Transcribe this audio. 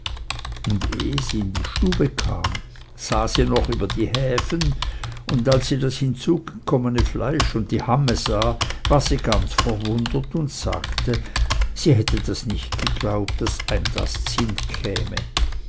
und ehe sie in die stube kam sah sie noch über die häfen und als sie das hinzugekommene fleisch und die hamme sah war sie ganz verwundert und sagte das hätte sie nicht geglaubt daß das eim zsinn käme